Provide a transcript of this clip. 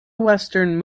western